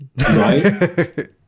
Right